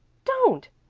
don't!